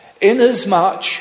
Inasmuch